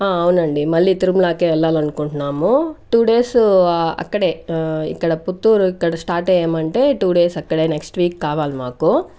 ఆ అవునండి మళ్ళీ తిరుమలకే వెళ్ళాలనుకుంటున్నాము టూ డేస్ అక్కడే ఇక్కడ పుత్తూరు ఇక్కడ స్టార్ట్ అయ్యామంటే టూ డేస్ అక్కడ నెక్స్ట్ వీక్ కావాలి మాకు